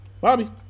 Bobby